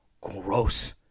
Gross